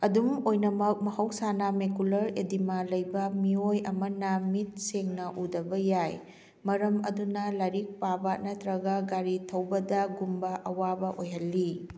ꯑꯗꯨꯝ ꯑꯣꯏꯅꯃꯛ ꯃꯍꯧꯁꯥꯅ ꯃꯦꯀꯨꯂꯔ ꯏꯗꯤꯃꯥ ꯂꯩꯕ ꯃꯤꯑꯣꯏ ꯑꯃꯅ ꯃꯤꯠ ꯁꯦꯡꯅ ꯎꯗꯕ ꯌꯥꯏ ꯃꯔꯝ ꯑꯗꯨꯅ ꯂꯥꯏꯔꯤꯛ ꯄꯥꯕ ꯅꯠꯇ꯭ꯔꯒ ꯒꯥꯔꯤ ꯊꯧꯕꯗꯒꯨꯝꯕ ꯑꯋꯥꯕ ꯑꯣꯏꯍꯜꯂꯤ